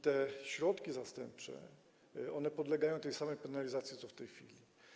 Te środki zastępcze podlegają takiej samej penalizacji jak w tej chwili.